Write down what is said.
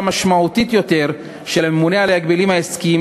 משמעותית יותר של הממונה על ההגבלים העסקיים,